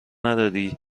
نداری